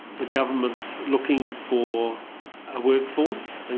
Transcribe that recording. the government, looking for a workforce, and